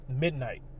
midnight